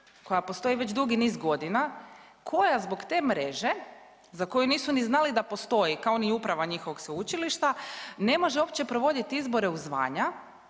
koja postoji već dugi niz godina, koja zbog te mreže za koju nisu ni znali da postoji kao ni uprava njihovog sveučilišta ne može uopće provoditi izbore u zvanja.